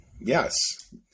Yes